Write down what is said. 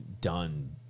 done